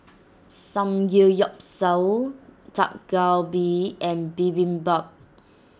Samgeyopsal Dak Galbi and Bibimbap